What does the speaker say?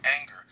anger